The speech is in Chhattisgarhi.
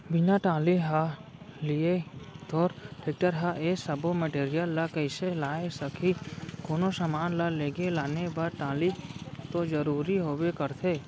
बिना टाली ल लिये तोर टेक्टर ह ए सब्बो मटेरियल ल कइसे लाय सकही, कोनो समान ल लेगे लाने बर टाली तो जरुरी होबे करथे